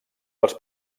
dels